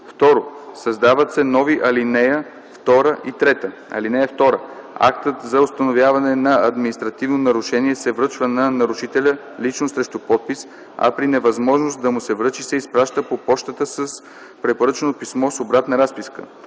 2. Създават се нови ал. 2 и 3: „(2) Актът за установяване на административно нарушение се връчва на нарушителя лично срещу подпис, а при невъзможност да му се връчи, се изпраща по пощата с препоръчано писмо с обратна разписка.